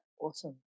Awesome